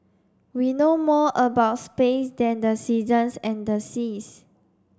we know more about space than the seasons and the seas